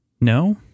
No